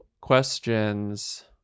questions